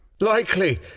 Likely